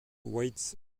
waits